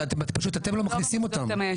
פשוט אתם לא מכניסים אותם,